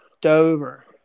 Dover